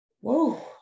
Whoa